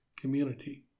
community